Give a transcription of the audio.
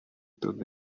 thought